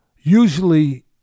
usually